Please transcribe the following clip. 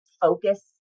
focus